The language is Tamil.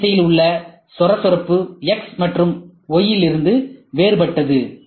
Z திசையில் உள்ள சொரசொரப்பு x மற்றும் y இலிருந்து வேறுபட்டது